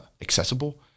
accessible